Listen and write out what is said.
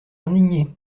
indigné